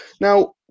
Now